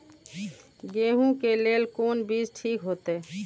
गेहूं के लेल कोन बीज ठीक होते?